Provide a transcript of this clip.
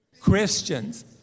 Christians